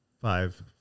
five